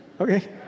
Okay